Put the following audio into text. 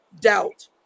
doubt